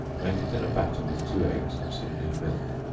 make it in a batter with two eggs and some new milk,